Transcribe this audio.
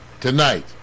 tonight